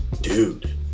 dude